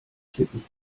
klicken